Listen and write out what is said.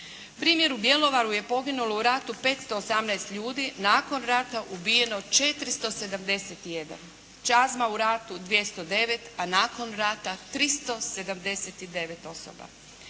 Primjer u Bjelovaru je poginulo u ratu 518 ljudi, nakon rata ubijeno 471. Čazma u ratu 209, a nakon rata 379 osoba.